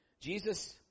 Jesus